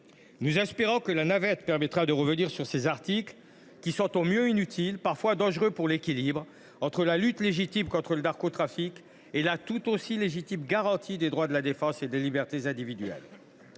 Nous espérons que la navette parlementaire permettra de revenir sur ces articles au mieux inutiles, voire dangereux pour l’équilibre entre la lutte légitime contre le narcotrafic et la garantie, tout aussi légitime, des droits de la défense et des libertés individuelles.